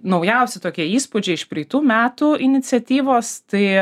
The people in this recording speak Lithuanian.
naujausi tokie įspūdžiai iš praeitų metų iniciatyvos tai